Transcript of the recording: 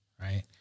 right